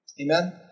Amen